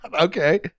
Okay